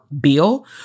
bill